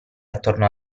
attorno